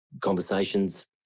conversations